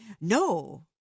No